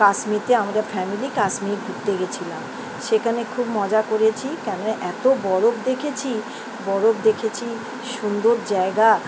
কাশ্মীরে আমরা ফ্যামিলি কাশ্মীর ঘুরতে গেয়েছিলাম সেখানে খুব মজা করেছি কেননা এত বরফ দেখেছি বরফ দেখেছি সুন্দর জায়গা